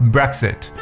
Brexit